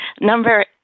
Number